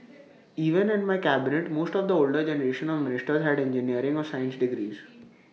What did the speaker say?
even in my cabinet most of the older generation of ministers had engineering or science degrees